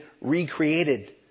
recreated